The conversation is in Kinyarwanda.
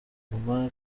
guma